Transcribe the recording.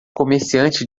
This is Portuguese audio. comerciante